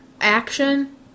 action